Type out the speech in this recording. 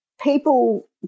people